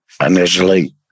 initially